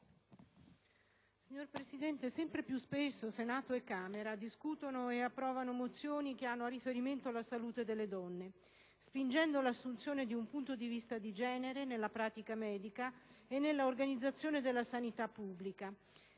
Signor Presidente, sempre più spesso Senato e Camera discutono e approvano mozioni che fanno riferimento alla salute delle donne spingendo all'assunzione di un punto di vista di genere nella pratica medica e nell'organizzazione della sanità pubblica